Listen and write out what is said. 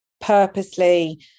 purposely